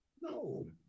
No